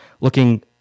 looking